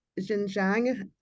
Xinjiang